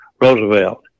roosevelt